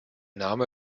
name